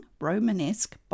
Romanesque